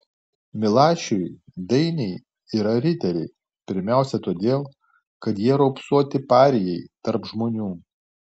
milašiui dainiai yra riteriai pirmiausia todėl kad jie raupsuoti parijai tarp žmonių